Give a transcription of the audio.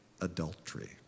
adultery